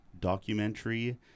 documentary